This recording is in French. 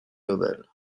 nobel